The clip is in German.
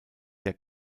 der